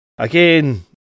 again